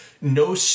no